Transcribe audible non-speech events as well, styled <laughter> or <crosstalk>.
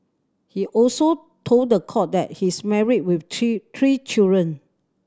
he also told the court that he's married with <unintelligible> three children